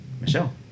Michelle